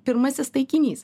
pirmasis taikinys